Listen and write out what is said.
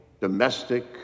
domestic